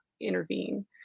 intervene